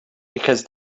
because